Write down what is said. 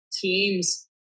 teams